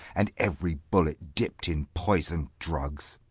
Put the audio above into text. and every bullet dipt in poison'd drugs!